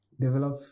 develop